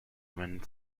when